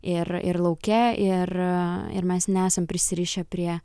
ir ir lauke ir ir mes nesam prisirišę prie